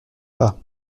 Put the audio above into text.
pas